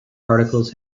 articles